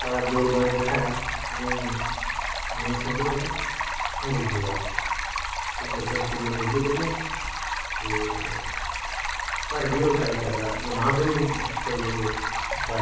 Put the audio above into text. एह्दे च साढ़ा जोगदान जेहका ऐ इ'नेंगी नेईं समझ लगदा अंग्रेजी दा ऐ कि ओह् बच्चा स्कूल अंग्रेजी पढ़दा ते घर बी ओह् ट्राई करदा जे मां प्यो बी किश सोचदे कि अच्छा